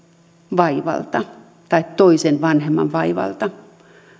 vaivalta tai toisen vanhemman vaivalta